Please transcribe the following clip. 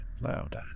loud